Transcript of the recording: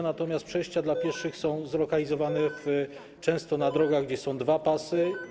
Natomiast przejścia dla pieszych są zlokalizowane często na drogach, gdzie są dwa pasy.